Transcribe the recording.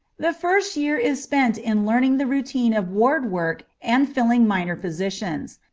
the first year is spent in learning the routine of ward work and filling minor positions.